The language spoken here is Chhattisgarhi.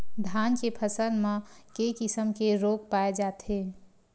धान के फसल म के किसम के रोग पाय जाथे?